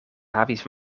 havis